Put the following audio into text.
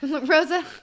Rosa